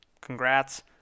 congrats